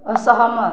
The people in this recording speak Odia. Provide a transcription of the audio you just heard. ଅସହମତ